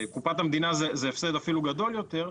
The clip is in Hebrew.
קופת המדינה זה הפסד אפילו גדול יותר,